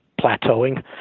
plateauing